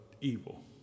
evil